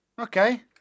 Okay